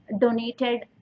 donated